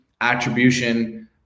attribution